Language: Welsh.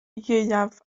ieuaf